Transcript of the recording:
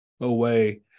away